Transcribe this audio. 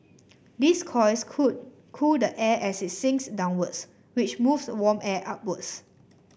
these coils could cool the air as it sinks downwards which moves warm air upwards